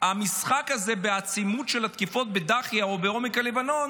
המשחק הזה בעצימות של התקיפות בדאחייה או בעומק הלבנון